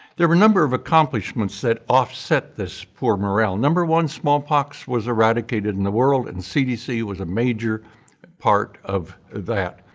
there were a number of accomplishments that offset this poor morale. number one, smallpox was eradicated in the world and cdc was a major part of that.